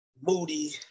Moody